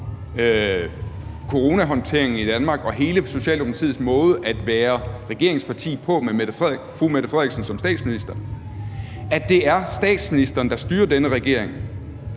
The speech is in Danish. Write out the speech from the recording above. coronahåndteringen i Danmark, og fra hele Socialdemokratiets måde at være regeringsparti på med fru Mette Frederiksen som statsminister, at det er statsministeren, der styrer denne regering.